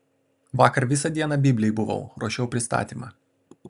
vakar visą dieną biblėj buvau ruošiau pristatymą